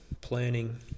planning